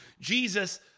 Jesus